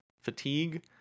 fatigue